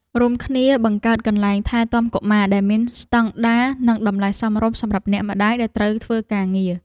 រួមគ្នាបង្កើតកន្លែងថែទាំកុមារដែលមានស្តង់ដារនិងតម្លៃសមរម្យសម្រាប់អ្នកម្តាយដែលត្រូវធ្វើការងារ។